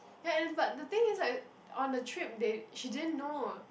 ya is but the thing is like on the trip they she didn't know